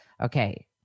okay